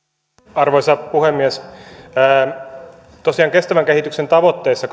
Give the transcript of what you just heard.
arvoisa puhemies tosiaan kestävän kehityksen tavoitteissa